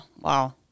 Wow